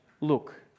Look